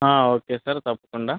okay sir తప్పకుండా